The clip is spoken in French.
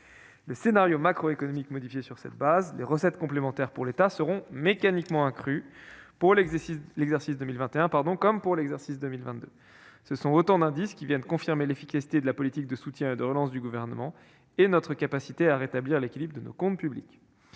Le scénario macroéconomique modifié sur cette base, les recettes de l'État s'en trouveront mécaniquement accrues, pour l'exercice 2021 comme pour l'exercice 2022. Il y a là autant d'indices qui viennent confirmer l'efficacité de la politique de soutien et de relance du Gouvernement et notre capacité à rétablir l'équilibre de nos comptes publics.